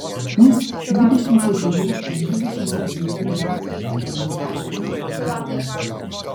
jis dvidešimt šešerių ar dvidešimt septynerių metų vardu faustinas kalderonas